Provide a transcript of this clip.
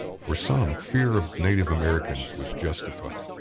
for some, fear of native americans was justified.